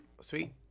Sweet